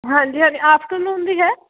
ਹਾਂਜੀ ਹਾਂਜੀ ਆਫਟਰਨੂਨ ਦੀ ਹੈ